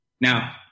Now